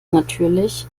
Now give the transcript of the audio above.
natürlich